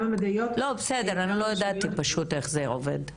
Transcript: אני לא ידעתי פשוט איך זה עובד.